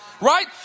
right